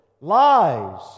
lies